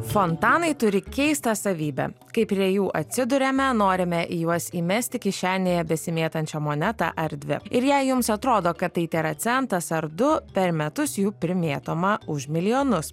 fontanai turi keistą savybę kai prie jų atsiduriame norime į juos įmesti kišenėje besimėtančią monetą ar dvi ir jei jums atrodo kad tai tėra centas ar du per metus jų primėtoma už milijonus